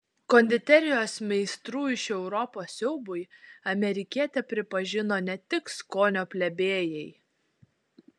konditerijos meistrų iš europos siaubui amerikietę pripažino ne tik skonio plebėjai